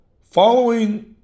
Following